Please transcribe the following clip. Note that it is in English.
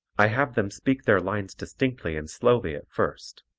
i have them speak their lines distinctly and slowly at first.